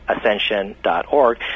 ascension.org